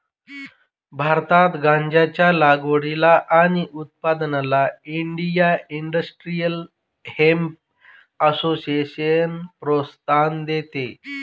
भारतात गांज्याच्या लागवडीला आणि उत्पादनाला इंडिया इंडस्ट्रियल हेम्प असोसिएशन प्रोत्साहन देते